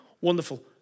Wonderful